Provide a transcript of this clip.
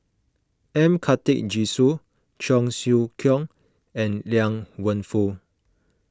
M Karthigesu Cheong Siew Keong and Liang Wenfu